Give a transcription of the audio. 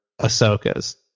Ahsoka's